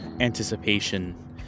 Anticipation